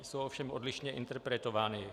Jsou ovšem odlišně interpretovány.